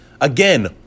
Again